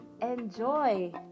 enjoy